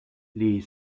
les